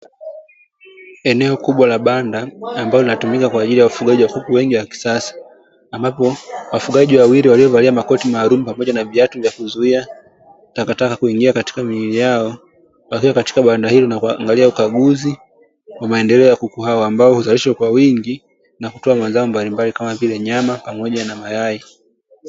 Eneo kubwa la banda, ambalo linatumika kwa ajili ya ufugaji wa kuku wengi wa kisasa. Ambapo wafugaji wawili waliovalia makoti maalumu pamoja na viatu vya kuzuia takataka kuingia katika miili yao, wakiwa katika banda hilo na kuangalia ukaguzi wa maendeleo ya kuku hao. Ambao huzalishwa kwa wingi na kutoa mazao mbalimbali kama vile, nyama pamoja na mayai.